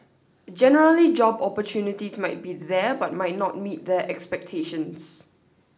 generally job opportunities might be there but might not meet their expectations